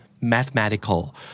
mathematical